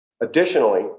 Additionally